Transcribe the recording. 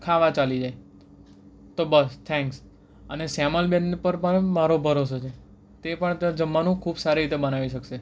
ખાવા ચાલી જાય તો બસ થેંક્સ અને સેમલ બેન પર પણ મારો ભરોસો છે તે પણ જમવાનું ખૂબ સારી રીતે બનાવી શકશે